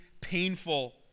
painful